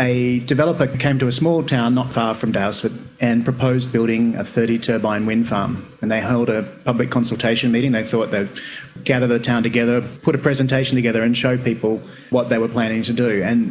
a developer came to a small town not far from daylesford and proposed building a thirty turbine windfarm, and they held a public consultation meeting. they thought they'd gather the town together, put a presentation together and show people what they were planning to do.